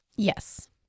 Yes